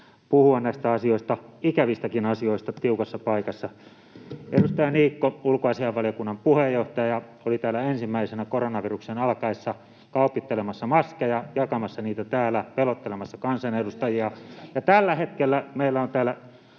puhua näistä asioista — ikävistäkin asioista — tiukassa paikassa. Edustaja Niikko, ulkoasiainvaliokunnan puheenjohtaja, oli täällä ensimmäisenä koronaviruksen alkaessa kaupittelemassa maskeja, jakamassa niitä täällä, pelottelemassa kansanedustajia. [Mika Niikko pyytää